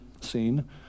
scene